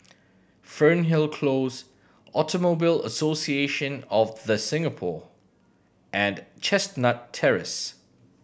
Fernhill Close Automobile Association of The Singapore and Chestnut Terrace